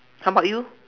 how about you